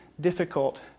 difficult